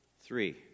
Three